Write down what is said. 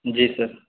جی سر